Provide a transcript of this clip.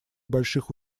больших